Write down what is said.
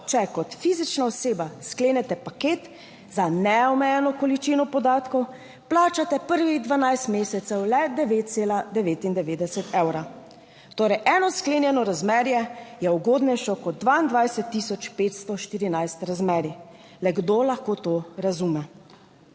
če kot fizična oseba sklenete paket za neomejeno količino podatkov, plačate prvih 12 mesecev le 9,99 evra. Torej, eno sklenjeno razmerje je ugodnejše kot 22514 razmerij. Le kdo lahko to razume?